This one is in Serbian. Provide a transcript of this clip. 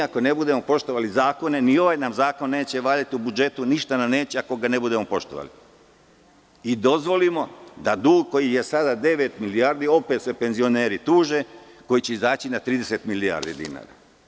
Ako ne budemo poštovali zakone, ni ovaj nam zakon neće valjati, ništa nam neće ako ne budemo poštovali i dozvolimo da dug koji je sada devet milijardi, opet se penzioneri tuže, koji će izaći na 30 milijardi dinara.